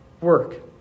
work